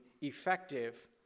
effective